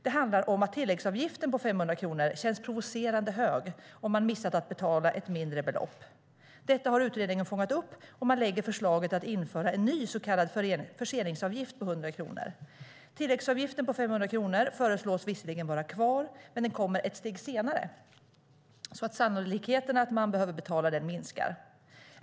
Det handlar om att den tilläggsavgift på 500 kronor som tillkommer om man missat att betala ett mindre belopp känns provocerande hög. Detta har utredningen fångat upp, och man lägger fram förslaget att införa en ny så kallad förseningsavgift på 100 kronor. Tilläggsavgiften på 500 kronor föreslås visserligen vara kvar, men den kommer ett steg senare, så att sannolikheten att man behöver betala den minskar.